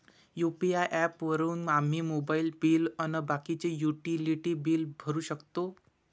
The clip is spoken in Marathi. यू.पी.आय ॲप वापरून आम्ही मोबाईल बिल अन बाकीचे युटिलिटी बिल भरू शकतो